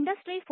industry 4